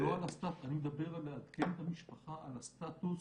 אני מדבר על לעדכן את המשפחה על הסטטוס